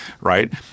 right